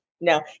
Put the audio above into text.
No